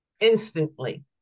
instantly